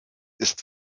ist